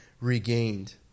regained